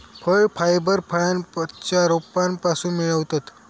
फळ फायबर फळांच्या रोपांपासून मिळवतत